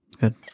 good